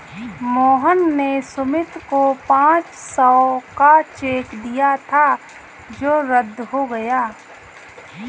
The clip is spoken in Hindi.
मोहन ने सुमित को पाँच सौ का चेक दिया था जो रद्द हो गया